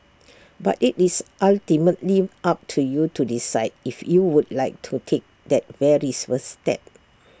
but IT is ultimately up to you to decide if you would like to take that very first step